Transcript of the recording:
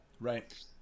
Right